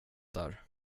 där